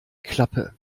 klappe